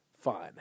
fine